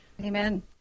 Amen